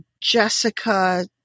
Jessica